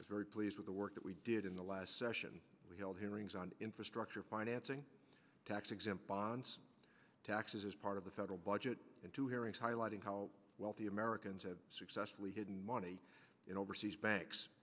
was very pleased with the work that we did in the last session we held hearings on infrastructure financing tax exempt bonds taxes as part of the federal budget and to hearing highlighting how wealthy americans successfully hidden money in overseas banks